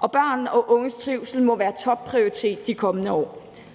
og børn og unges trivsel må være topprioritet de kommende år.